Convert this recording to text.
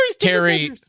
Terry